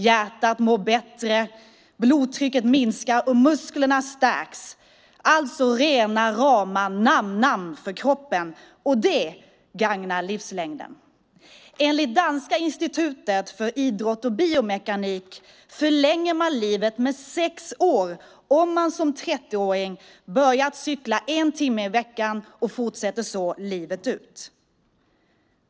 Hjärtat mår bättre, blodtrycket sjunker och musklerna stärks - alltså rena rama namnam för kroppen, och det gagnar livslängden. Enligt det danska Institutet för idrott och biomekanik förlänger man livet med sex år om man som 30-åring börjar cykla en timme i veckan och fortsätter så livet ut.